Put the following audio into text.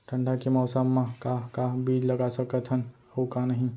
ठंडा के मौसम मा का का बीज लगा सकत हन अऊ का नही?